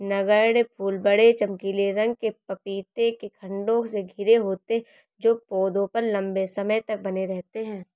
नगण्य फूल बड़े, चमकीले रंग के पपीते के खण्डों से घिरे होते हैं जो पौधे पर लंबे समय तक बने रहते हैं